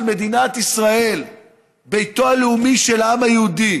מדינת ישראל ביתו הלאומי של העם היהודי